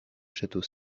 château